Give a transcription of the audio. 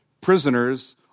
Prisoners